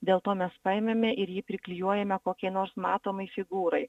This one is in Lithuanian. dėl to mes paėmėme ir jį priklijuojame kokiai nors matomai figūrai